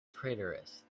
traitorous